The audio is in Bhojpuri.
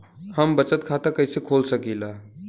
हम बचत खाता कईसे खोल सकिला?